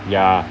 ya